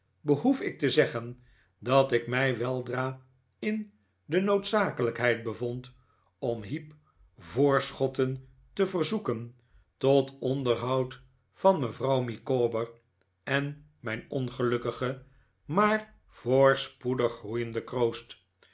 behoef ik te zeggen dat ik mij weldra in de noodzakelijkheid bevond om heep voorschotten te verzoeken tot onderhoud vanmevrouw micawber en mijn ongelukkige maar voorspoedig groeiende kroost